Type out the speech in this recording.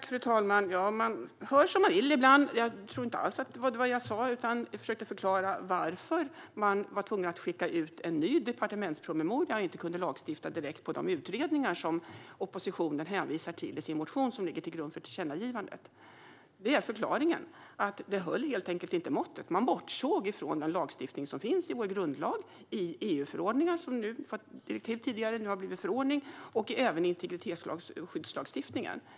Fru talman! Man hör som man vill ibland. Jag tror inte alls att det var vad jag sa, utan jag försökte förklara varför det blev nödvändigt att skicka ut en ny departementspromemoria och varför man inte kunde lagstifta direkt utifrån de utredningar som oppositionen hänvisar till i den motion som ligger till grund för tillkännagivandet. Detta är förklaringen. Det hela höll helt enkelt inte måttet. Man bortsåg från den lagstiftning som finns i vår grundlag, från en EU-förordning, som tidigare var ett direktiv, och från integritetsskyddslagstiftningen.